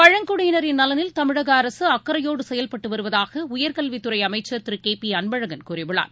பழங்குடயினரின் நலனில் தமிழகஅரசுஅக்கறையோடுசெயல்பட்டுவருவதாகஉயர்கல்வித்துறைஅமைச்சர் திருகேபிஅன்பழகன் கூறியுள்ளார்